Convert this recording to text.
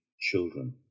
children